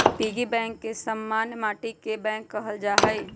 piggy bank के समान्य माटिके बैंक कहल जाइ छइ